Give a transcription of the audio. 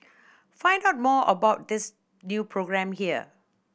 find out more about this new programme here